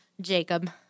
Jacob